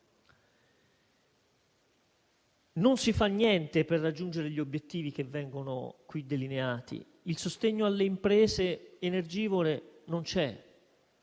Non si fa niente per raggiungere gli obiettivi che vengono qui delineati: il sostegno alle imprese energivore non c'è,